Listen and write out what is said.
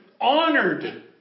honored